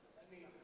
אני.